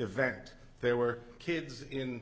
event there were kids in